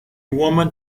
women